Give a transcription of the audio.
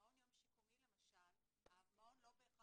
במעון יום שיקומי, למשל, המעון לא בהכרח